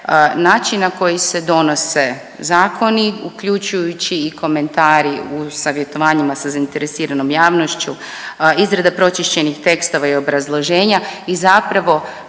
način na koji se donose zakoni uključujući i komentari u savjetovanjima sa zainteresiranom javnošću, izrada pročišćenih tekstova i obrazloženja i zapravo